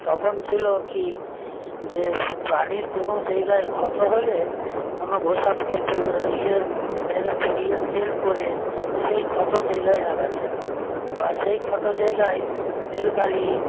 তখন ছিল কি যে প্রাণীর কোনো জায়গায় ক্ষত হলে কোনো গোসাপকে ইয়ে মেরে পুড়িয়ে তেল করে সেই ক্ষত জায়গায় লাগাতেন বা সেই ক্ষত জায়গায় তেলকালি